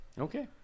Okay